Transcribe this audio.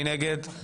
מי נגד?